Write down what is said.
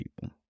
people